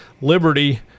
Liberty